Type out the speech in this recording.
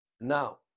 Now